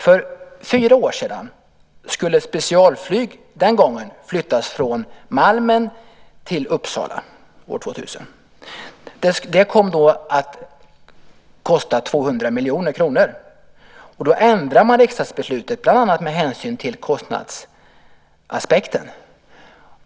För fyra år sedan, 2000, skulle specialflyg flyttas från Malmen till Uppsala. Det kom att kosta 200 miljoner kronor, och då ändrade man riksdagsbeslutet bland annat med hänsyn till kostnadsaspekten.